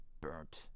burnt